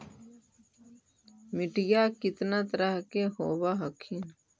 मिट्टीया कितना तरह के होब हखिन?